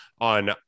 on